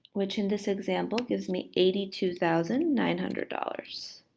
which in this example gives me eighty two thousand nine hundred dollars.